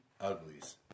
Uglies